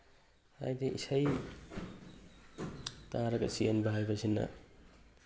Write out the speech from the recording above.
ꯍꯥꯏꯗꯤ ꯏꯁꯩ ꯇꯥꯔꯒꯗ ꯆꯦꯟꯕ ꯍꯥꯏꯕꯁꯤꯅ